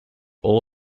all